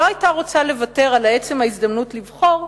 לא היתה רוצה לוותר על עצם ההזדמנות לבחור,